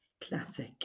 classic